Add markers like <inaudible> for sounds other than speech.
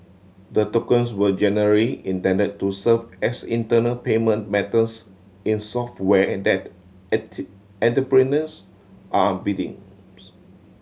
the tokens were general intended to serve as internal payment methods in software that <unintelligible> entrepreneurs are bidding <unintelligible>